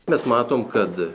mes matom kad